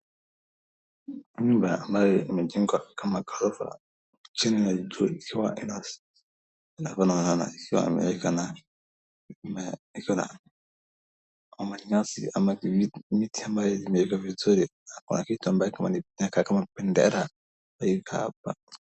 Nyumba ambaye imejengwa kama gorofa chini na jua ikiwa ina na kuna ikiwaweka ama ikiwa na nyasi ama miti ambaye imeweekwa vizuri na kuna kitu ambaye inakaa kama bendera ikiwa hapa.